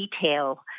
detail